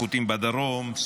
החות'ים בדרום,